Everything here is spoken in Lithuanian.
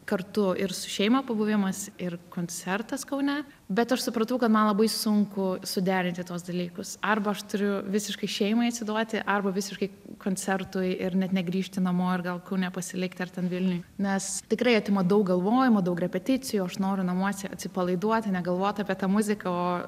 kartu ir su šeima pabuvimas ir koncertas kaune bet aš supratau kad man labai sunku suderinti tuos dalykus arba aš turiu visiškai šeimai atsiduoti arba visiškai koncertui ir net negrįžti namo ir gal kaune pasilikti ar ten vilniuj nes tikrai atima daug galvojimų daug repeticijų aš noriu namuose atsipalaiduoti negalvot apie tą muziką o